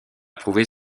prouver